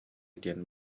диэн